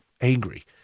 angry